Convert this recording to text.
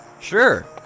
Sure